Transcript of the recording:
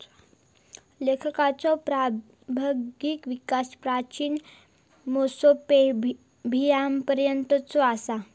लेखांकनाचो प्रारंभिक विकास प्राचीन मेसोपोटेमियापर्यंतचो असा